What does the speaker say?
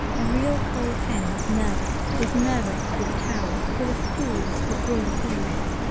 a real cold hen is nervous is nervous with a towel with a spool with real beads.